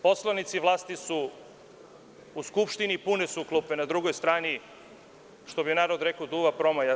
Poslanici vlasti su u Skupštini, pune su klupe, a na drugoj strani, što bi narod rekao, duva promaja.